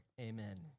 Amen